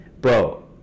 bro